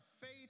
faith